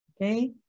okay